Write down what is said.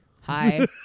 Hi